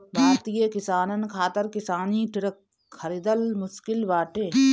भारतीय किसानन खातिर किसानी ट्रक खरिदल मुश्किल बाटे